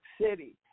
City